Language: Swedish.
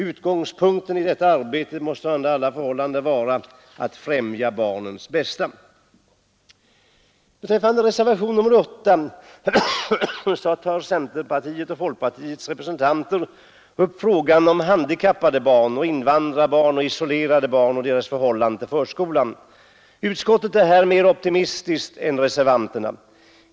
Utgångspunkten för detta arbete måste under alla förhållanden vara att främja barnens bästa. I reservationen 8 tar centerns och folkpartiets representanter upp frågan om handikappade barn, invandrarbarn och isolerade barn och deras förhållande till förskolan. Utskottet är här mer optimistiskt än reservanterna.